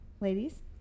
Ladies